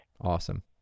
Awesome